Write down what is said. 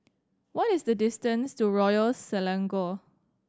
what is the distance to Royal Selangor